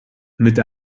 mit